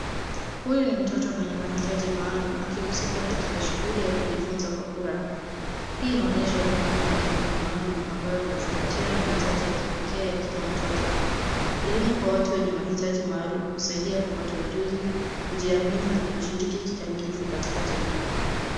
Huyu ni mtoto mwenye mahitaji maalum akihusika katika shughuli ya kujifunza kwa furaha. Hii inaonyesha umuhimu wa elimu maalum ambayo inazingatia mahitaji ya kipekee ya kila mtoto. Elimu kwa watu wenye mahitaji maalum husaidia kupata ujuzi, kujiamini na kushiriki kikamilifu katika jamii.